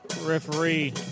referee